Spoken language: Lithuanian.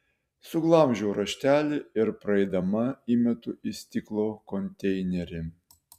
suglamžau raštelį ir praeidama įmetu į stiklo konteinerį